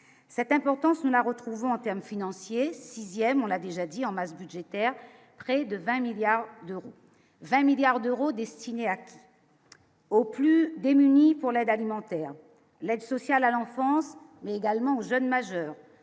cette importance n'a retrouvé en termes financiers 6ème on l'a déjà dit en masse budgétaire près de 20 milliards d'euros, 20 milliards d'euros destinés à qui, aux plus démunis pour l'aide alimentaire, l'aide sociale à l'enfance, mais également aux jeunes majeurs